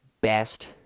Best